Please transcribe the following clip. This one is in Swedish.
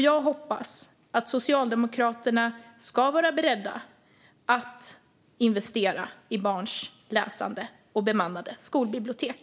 Jag hoppas att Socialdemokraterna ska vara beredda att investera i barns läsande och bemannade skolbibliotek.